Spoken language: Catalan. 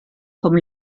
com